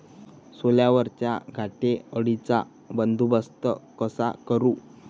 सोल्यावरच्या घाटे अळीचा बंदोबस्त कसा करू?